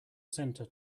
center